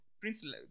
Prince